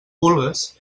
vulgues